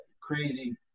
crazy